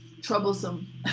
Troublesome